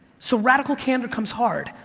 so radical candor comes hard,